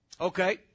Okay